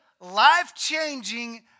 life-changing